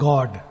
God